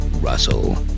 Russell